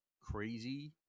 crazy